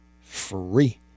free